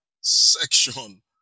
section